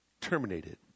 terminated